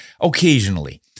Occasionally